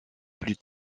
plus